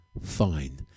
Fine